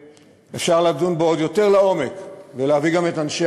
אפשר לדון בו עוד יותר לעומק ולהביא גם את אנשי